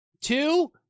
two